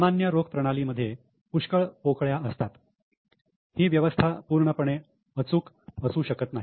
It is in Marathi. सामान्य रोख प्रणाली मध्ये पुष्कळ पोकळ्या असतात ही व्यवस्था पूर्णपणे अचूक असू शकत नाही